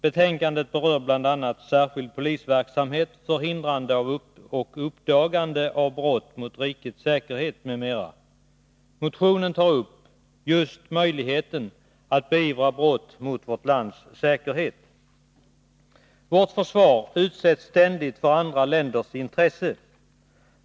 Betänkandet berör bl.a. särskild polisverksamhet för hindrande och uppdagande av brott mot rikets säkerhet m.m. Motionen tar upp just möjligheten att beivra brott mot vårt lands säkerhet. Vårt försvar utsätts ständigt för andra länders intresse.